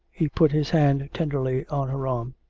he put his hand tenderly on her arm.